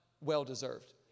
well-deserved